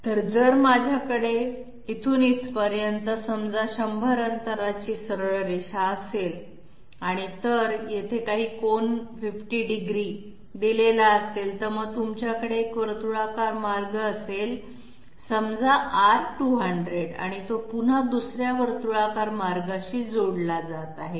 तर जर माझ्याकडे इथून इथपर्यंत समजा 100 अंतराची सरळ रेषा असेल तर आणि येथे काही कोन 50º कोन दिलेला असेल आणि मग तुमच्याकडे एक वर्तुळाकार मार्ग असेल समजा R 200 आणि तो पुन्हा दुसर्या वर्तुळाकार मार्गाशी जोडला जात आहे